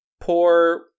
poor